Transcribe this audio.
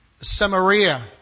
Samaria